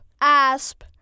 ASP